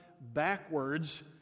backwards